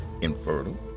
infertile